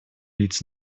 лиц